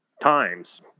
times